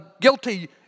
guilty